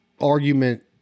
argument